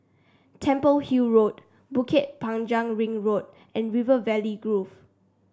Temple Hill Road Bukit Panjang Ring Road and River Valley Grove